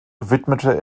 widmete